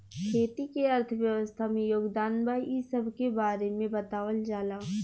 खेती के अर्थव्यवस्था में योगदान बा इ सबके बारे में बतावल जाला